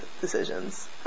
decisions